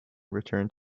returned